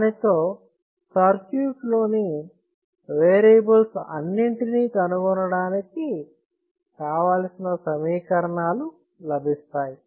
దానితో సర్క్యూట్ లోని వేరియబుల్స్ అన్నింటిని కనుగొనడానికి కావలసిన సమీకరణాలు లభిస్తాయి